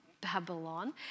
Babylon